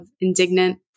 indignant